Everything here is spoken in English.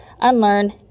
unlearn